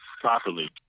properly